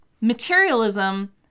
materialism